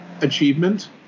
achievement